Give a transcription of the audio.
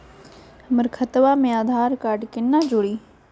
हमर खतवा मे आधार कार्ड केना जुड़ी?